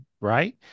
right